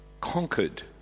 conquered